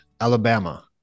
Alabama